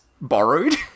borrowed